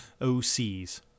OCs